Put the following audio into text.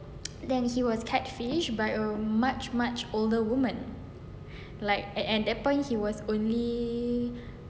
then he was catfished by a much much older woman like at at that point he was only